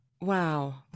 wow